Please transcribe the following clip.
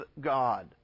God